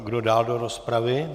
Kdo dál do rozpravy?